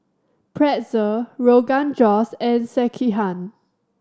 Pretzel Rogan Josh and Sekihan